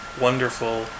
wonderful